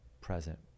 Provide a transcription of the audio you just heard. present